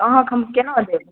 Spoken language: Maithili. अहाँकेॅं हम केना देब